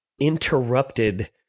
interrupted